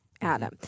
Adam